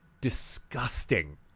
disgusting